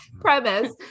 premise